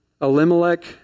Elimelech